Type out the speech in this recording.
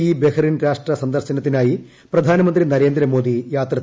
E Bahrain രാഷ്ട്ര സന്ദർശനത്തിനായി പ്രധാനിമ്പ്രി നരേന്ദ്രമോദി യാത്രതിരിച്ചു